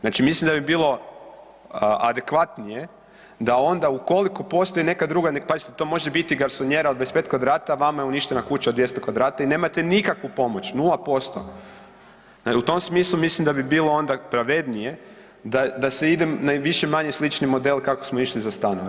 Znači mislim da bi bilo adekvatnije da onda, ukoliko postoji neka druga, pazite, to može biti i garsonijera od 25 kvadrata, vama je uništena kuća od 200 kvadrata i nemate nikakvu pomoć, 0%, u tom smislu mislim da bi bilo onda pravednije da se ide na više-manje slični model kako smo išli za stanove.